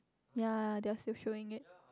ya they are still showing it